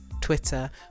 Twitter